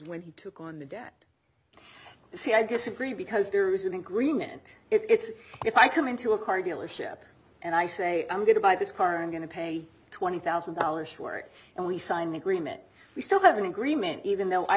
when he took on the debt you see i disagree because there is an agreement it's if i come into a car dealership and i say i'm going to buy this car i'm going to pay you twenty thousand dollars short and we sign the agreement we still have an agreement even though i